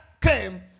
came